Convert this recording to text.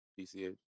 PCH